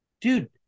Dude